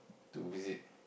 to visit